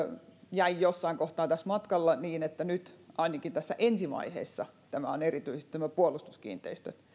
jossain kohtaa tässä matkalla ainakin tässä ensi vaiheessa tämä on erityisesti tämä puolustuskiinteistöt